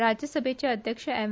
राज्यसभेचे अध्यक्ष एम